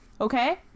okay